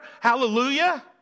Hallelujah